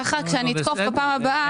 ככה כשאני אתקוף בפעם הבאה.